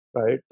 Right